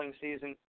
season